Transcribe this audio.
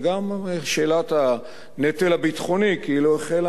וגם שאלת הנטל הביטחוני כאילו החלה